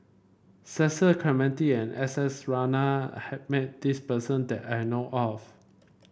Cecil Clementi and S S Ratnam had met this person that I know of